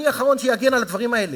אני האחרון שיגן על הדברים האלה.